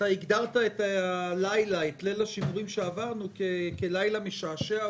הגדרת את ליל השימורים שעברנו כלילה משעשע,